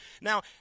Now